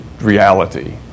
reality